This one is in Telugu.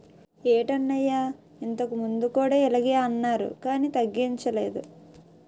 ఏటన్నయ్యా ఇంతకుముందు కూడా ఇలగే అన్నారు కానీ తగ్గించలేదు